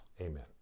Amen